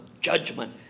judgment